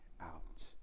Out